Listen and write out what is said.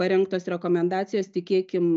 parengtos rekomendacijos tikėkim